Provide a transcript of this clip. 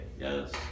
yes